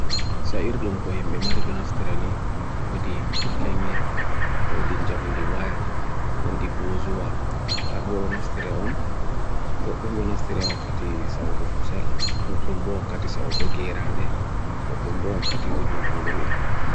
Sa irdum kohi memari dun aftirani wo di makengye, wo din jamdi waya, wo di bozua, parbo dun aftiria on, goddum dun aftiria wakati sa ugo kusel, goddum bo wakati sa ugo geira ade, goddum bo wakati urun wangullam.